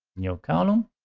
new column.